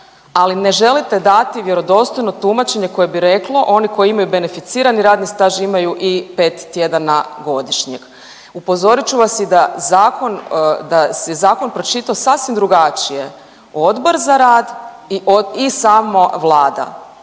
ali ne želite dati vjerodostojno tumačenje koje bi reklo, oni koji imaju beneficirani radni staž imaju i pet tjedana godišnjeg. Upozorit ću vas i da zakon, da se zakon pročitao sasvim drugačije Odbor za rad i sama Vlada.